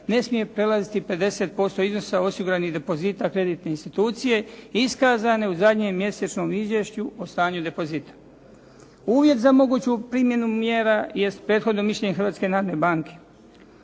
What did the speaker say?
ne smije prelaziti 50% iznosa osiguranih depozita kreditne institucije iskazane u zadnjem mjesečnom izvješću o stanju depozita. Uvjet za moguću primjenu mjera jest prethodno mišljenje Hrvatske narodne banke.